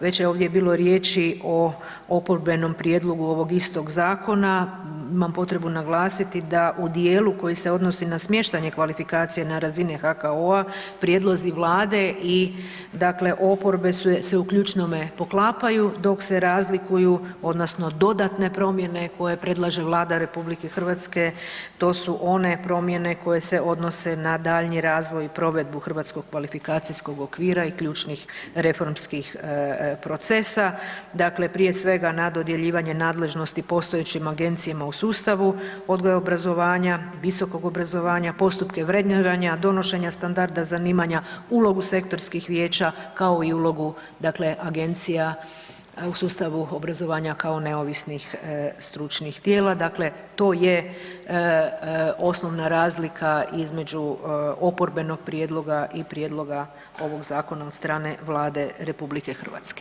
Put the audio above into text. Već je ovdje bilo riječi o oporbenom prijedlogu ovog istog zakona, imam potrebnu naglasiti da u djelu koji se odnosi na smještanje kvalifikacija na razini HKO-a, prijedlozi Vlade i dakle oporbe se u ključnome poklapaju dok se razlikuju odnosno dodatne promjene koje predlaže Vlada RH, to su one promjene koje se odnose na daljnji razvoj i provedbu HKO-a i ključnih reformskih procesa, dakle prije svega na dodjeljivanje nadležnosti postojećim agencijama u sustavu odgoja i obrazovanja, visokog obrazovanja, postupke vrednovanja, donošenja standarda zanimanja, ulogu sektorskih vijeća kao i ulogu dakle agencija u sustavu obrazovanja kao neovisnih stručnih tijela, dakle to je osnovna razlika između oporbenog prijedloga i prijedloga ovog zakona od strane Vlade RH.